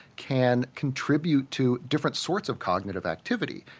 can contribute to different sorts of cognitive activity.